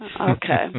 Okay